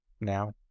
now